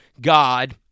God